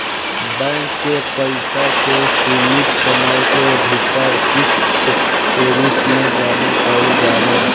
bank के पइसा के सीमित समय के भीतर किस्त के रूप में जामा कईल जाला